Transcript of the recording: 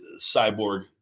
cyborg